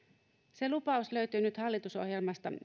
se lupaus löytyy nyt hallitusohjelmasta